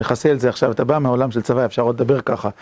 מחסל את זה עכשיו. אתה בא מהעולם של צבא, אפשר עוד לדבר ככה.